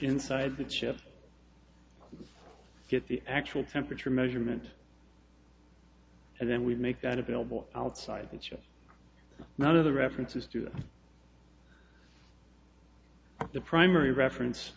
inside the chip get the actual temperature measurement and then we make that available outside that show none of the references to the primary reference